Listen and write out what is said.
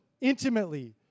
intimately